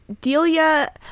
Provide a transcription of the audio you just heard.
Delia